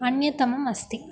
अन्यतमम् अस्ति